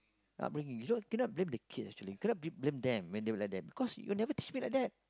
upbringing you know cannot blame the kids actually cannot be blame them when they were like that because you never teach them like that